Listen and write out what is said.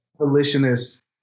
abolitionist